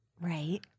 Right